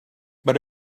but